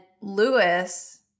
Lewis